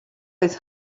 oedd